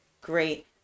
Great